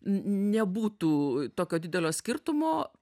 nebūtų tokio didelio skirtumo